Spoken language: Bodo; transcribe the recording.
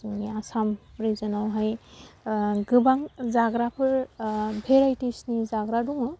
जोंनि आसाम रिजनावहाय गोबां जाग्राफोर भेराइटिसनि जाग्रा दङ